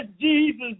Jesus